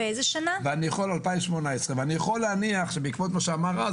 ואני יכול להניח בעקבות דבריו של רז,